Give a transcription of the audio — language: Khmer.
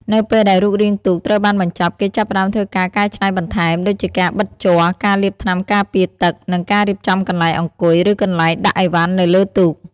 នៅពេលដែលរូបរាងទូកត្រូវបានបញ្ចប់ គេចាប់ផ្តើមធ្វើការកែច្នៃបន្ថែម ដូចជាការបិតជ័រ ការលាបថ្នាំការពារទឹក និងការរៀបចំកន្លែងអង្គុយ ឬកន្លែងដាក់ឥវ៉ាន់នៅលើទូក។